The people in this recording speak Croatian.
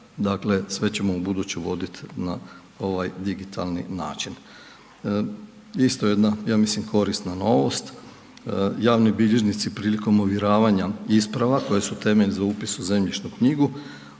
dakle sve ćemo ubuduće uvoditi na ovaj digitalni način. Isto jedna ja mislim korisna novost, javni bilježnici prilikom ovjeravanja isprava koje su temelj za upis u zemljišnu knjigu,